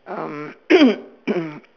um